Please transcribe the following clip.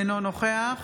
אינו נוכח